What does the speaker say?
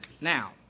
Now